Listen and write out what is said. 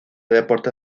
deportes